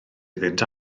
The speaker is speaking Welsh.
iddynt